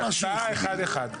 בלי הנמקה, הצבעה אחת אחת.